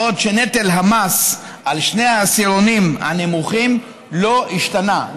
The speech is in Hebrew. בעוד נטל המס על שני העשירונים הנמוכים לא השתנה.